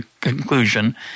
conclusion